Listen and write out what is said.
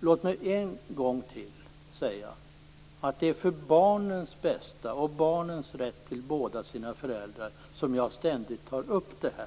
Låt mig än en gång säga att det är för barnens bästa och barnens rätt till båda sina föräldrar som jag ständigt tar upp det här.